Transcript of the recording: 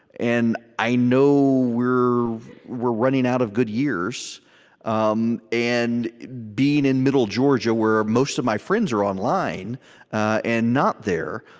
and i know we're we're running out of good years um and being in middle georgia, where most of my friends are online and not there,